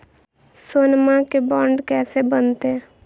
सोनमा के बॉन्ड कैसे बनते?